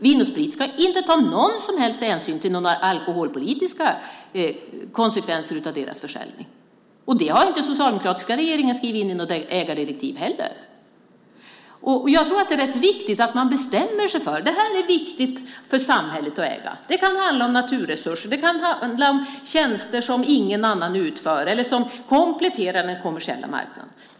Vin och & Sprit ska inte ta någon som helst hänsyn till alkoholpolitiska konsekvenser av sin försäljning. Det har inte heller den socialdemokratiska regeringen skrivit in i något ägardirektiv. Jag tror att det är rätt angeläget att man bestämmer sig för vad som är viktigt för samhället att äga. Det kan handla om naturresurser. Det kan handla om tjänster som ingen annan utför eller som kompletterar den kommersiella marknaden.